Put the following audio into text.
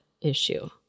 issue